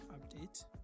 update